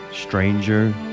Stranger